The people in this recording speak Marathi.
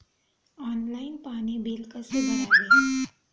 ऑनलाइन पाणी बिल कसे भरावे?